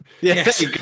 Yes